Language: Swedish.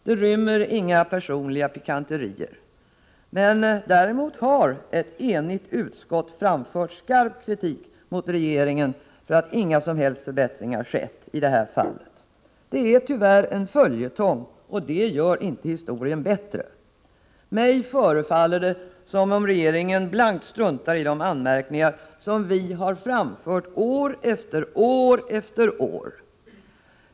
Det rymmer inga personliga pikanterier. Men däremot har ett enigt utskott framfört skarp kritik mot regeringen för att inga som helst förbättringar skett i det här fallet. Detta är tyvärr en följetong, och det gör inte historien bättre. Mig förefaller det som om regeringen blankt struntar i de anmärkningar som vi har framfört år efter år efter år.